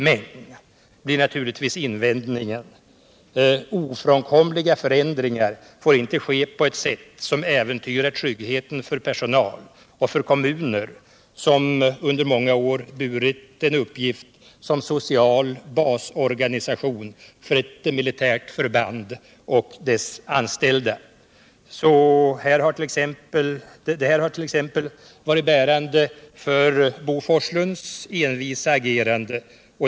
Men, blir naturligtvis invändningen, ofrånkomliga förändringar får inte ske på ett sätt som äventyrar trygghet för personal — och för kommuner som under många år burit en uppgift som social basorganisation för ett militärt förband och dess anställda. Det här har t.ex. varit bärande för Bo Forslunds envisa agerande.